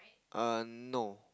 err no